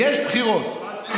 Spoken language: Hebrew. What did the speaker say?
יש בחירות.